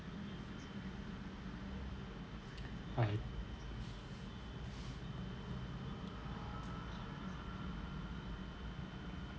I